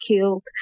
killed